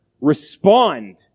respond